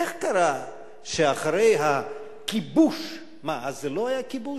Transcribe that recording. איך קרה שאחרי "הכיבוש" מה, אז זה לא היה כיבוש?